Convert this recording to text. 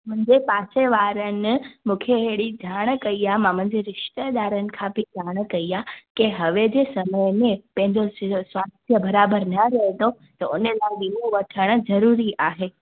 मुंहिंजे पासे वारनि मूंखे हेड़ी ॼाण कई आहे मां मुंहिंजे रिश्तेदारनि खां बि ॼाण कई आहे की हवे जे समय में पंहिंजो जीअं स्वास्थ्य बराबरि न रहे थो त हुन लाइ विमो वठणु ज़रूरी आहे